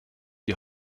die